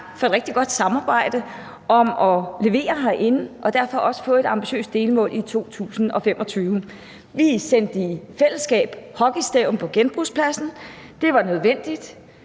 for et rigtig godt samarbejde om at levere herinde og derfor også få et ambitiøst delmål i 2025. Vi sendte i fællesskab hockeystaven på genbrugspladsen. Det var nødvendigt,